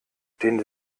den